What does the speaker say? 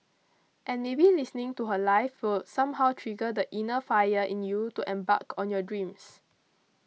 and maybe listening to her live will somehow trigger the inner fire in you to embark on your dreams